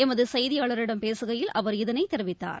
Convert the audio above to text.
எமது செய்தியாளரிடம் பேசுகையில் அவர் இதனை தெரிவித்தார்